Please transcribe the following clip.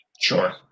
Sure